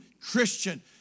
Christian